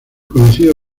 conocido